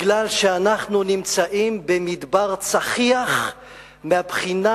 מפני שאנחנו נמצאים במדבר צחיח מהבחינה